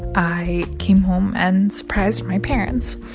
i came home and surprised my parents.